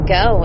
go